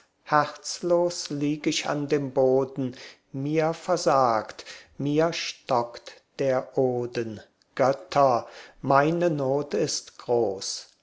herzlos lieg ich an dem boden mir versagt mir stockt der oden götter meine not ist groß